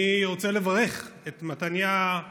אני רוצה לברך את מתניהו אנגלמן,